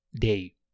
day